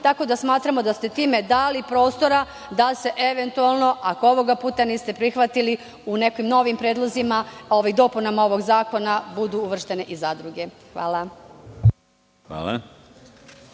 tako da smatramo da ste time dali prostora da se eventualno, ako ovoga puta niste prihvatili, u nekim novim predlozima i dopunama ovog zakona budu uvrštene i zadruge. Hvala.